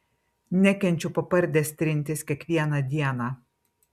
nekenčiu po pardes trintis kiekvieną dieną